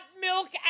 milk